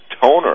toner